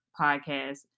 podcast